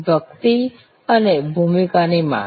વ્યક્તિ અને ભૂમિકાની માંગ